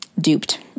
duped